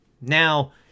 Now